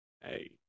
Hey